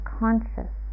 conscious